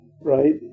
Right